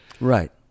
Right